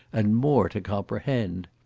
and more to comprehend.